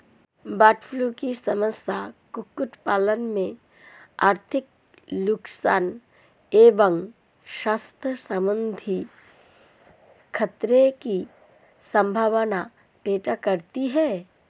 bird flu की समस्या कुक्कुट पालन में आर्थिक नुकसान एवं स्वास्थ्य सम्बन्धी खतरे की सम्भावना पैदा करती है